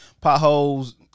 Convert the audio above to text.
potholes